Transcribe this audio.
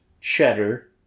Cheddar